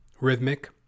rhythmic